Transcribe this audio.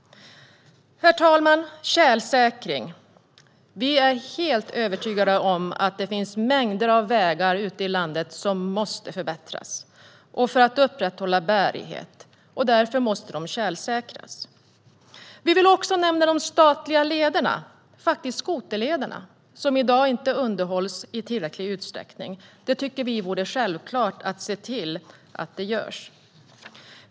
Herr talman! Vi är helt övertygade om att det finns mängder av vägar ute i landet som måste förbättras för att upprätthålla bärighet. Därför måste de tjälsäkras. Jag vill också nämna de statliga lederna och faktiskt skoterlederna, som i dag inte underhålls i tillräcklig utsträckning. Vi tycker ett det borde vara självklart att se till att det görs.